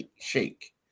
Shake